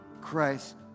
Christ